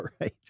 right